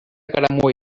caramull